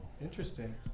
Interesting